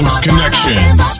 Connections